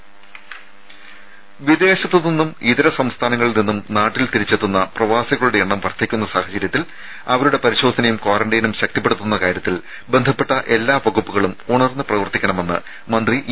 രുമ വിദേശത്തു നിന്നും ഇതര സംസ്ഥാനങ്ങളിൽ നിന്നും നാട്ടിൽ തിരിച്ചെത്തുന്ന പ്രവാസികളുടെ എണ്ണം വർധിക്കുന്ന സാഹചര്യത്തിൽ അവരുടെ പരിശോധനയും ക്വാറന്റീനും ശക്തിപ്പെടുത്തുന്ന കാര്യത്തിൽ ബന്ധപ്പെട്ട എല്ലാ വകുപ്പുകളും ഉണർന്നു പ്രവർത്തിക്കണമെന്ന് മന്ത്രി ഇ